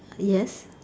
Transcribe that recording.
yes